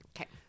Okay